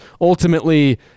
ultimately